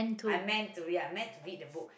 I meant to read I meant to read the book